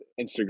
Instagram